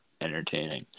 entertaining